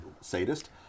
sadist